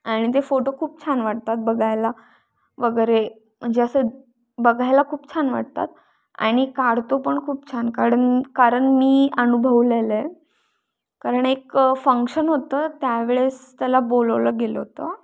आणि ते फोटो खूप छान वाटतात बघायला वगैरे म्हणजे असं बघायला खूप छान वाटतात आणि काढतो पण खूप छान काढणं कारण मी अनुभवलेलं आहे कारण एक फंक्शन होतं त्यावेळेस त्याला बोलवलं गेलं होतं